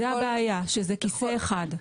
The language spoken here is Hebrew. זאת הבעיה, שזה כיסא אחד.